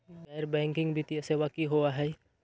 गैर बैकिंग वित्तीय सेवा की होअ हई?